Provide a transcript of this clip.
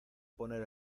poner